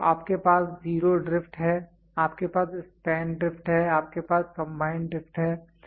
तो आपके पास जीरो ड्रिफ्ट है आपके पास स्पेन ड्रिफ्ट है आपके पास कंबाइंड ड्रिफ्ट है